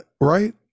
right